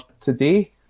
today